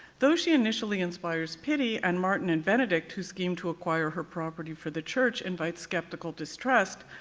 though she initially inspires pity and martin and benedict who schemed to acquire her property for the church, invite skeptical distrust,